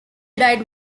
died